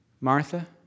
Martha